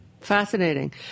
fascinating